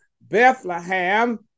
Bethlehem